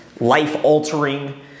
life-altering